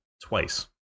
twice